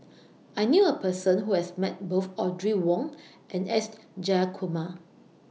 I knew A Person Who has Met Both Audrey Wong and S Jayakumar